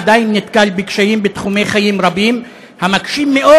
הוא עדיין נתקל בקשיים בתחומי חיים רבים המקשים מאוד